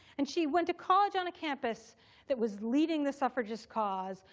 and she went to college on a campus that was leading the suffragist cause,